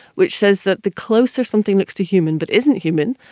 which says that the closer something looks to human but isn't human,